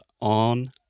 on